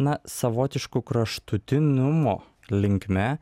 na savotišku kraštutinumo linkme